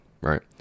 right